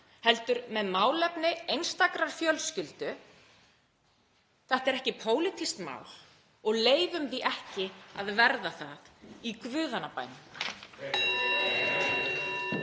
heldur með málefni einstakrar fjölskyldu. Þetta er ekki pólitískt mál og leyfum því ekki að verða það, í guðanna